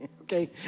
Okay